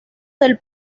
del